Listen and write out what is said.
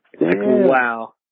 Wow